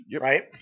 right